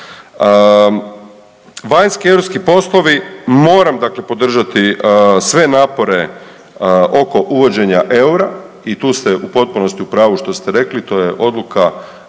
Vanjski i europski poslovi, moram dakle podržati sve napore oko uvođenja EUR-a i tu ste u potpunosti u pravu što ste rekli, to je odluka